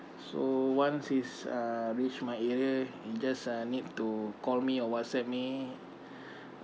so once he's uh reached my area he just uh need to call me or whatsapp me